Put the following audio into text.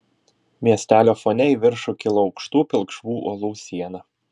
miestelio fone į viršų kilo aukštų pilkšvų uolų siena